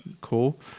cool